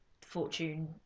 fortune